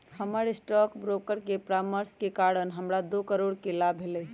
हमर stock broker के परामर्श के कारण हमरा दो करोड़ के लाभ होलय